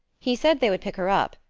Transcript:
he said they would pick her up.